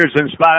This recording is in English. inspired